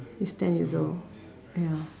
he's ten years old ya